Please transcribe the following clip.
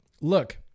look